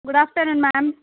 good afternoon ma'am